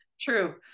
true